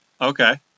Okay